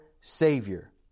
Savior